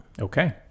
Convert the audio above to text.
Okay